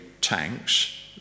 tanks